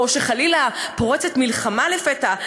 או שחלילה פורצת מלחמה לפתע,